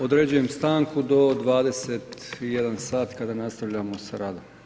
Određujem stanku do 21 sat, kada nastavljamo sa radom.